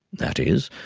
that is,